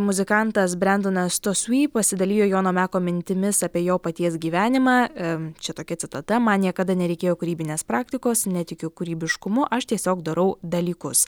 muzikantas brendonas tosvi pasidalijo jono meko mintimis apie jo paties gyvenimą čia tokia citata man niekada nereikėjo kūrybinės praktikos netikiu kūrybiškumu aš tiesiog darau dalykus